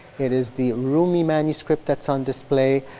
it is the rumi manuscript that's on display,